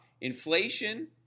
inflation